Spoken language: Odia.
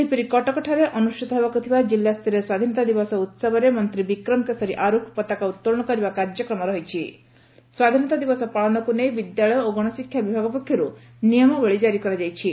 ସେହିପରି କଟକଠାରେ ଅନୁଷ୍ଠିତ ଜିଲ୍ଲାସ୍ତରୀୟ ସ୍ୱାଧୀନତା ଦିବସ ଉହବରେ ମନ୍ତୀ ବିକ୍ରମ କେଶରୀ ଆରୁଖ ପତାକା ଉତୋଳନ କରିବା କାର୍ଯ୍ୟକ୍ରମ ରହିଛି ସେହିପରି ସ୍ୱାଧୀନତା ଦିବସ ପାଳନକୁ ନେଇ ବିଦ୍ୟାଳୟ ଓ ଗଣଶିକ୍ଷା ବିଭାଗ ପକ୍ଷରୁ ନିୟମାବଳୀ କାରି କରାଯାଇଛି